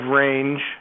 range